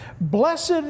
Blessed